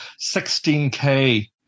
16K